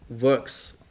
works